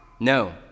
No